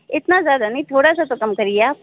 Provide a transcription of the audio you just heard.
इतना ज़्यादा नहीं थोड़ा सा तो कम करिए आप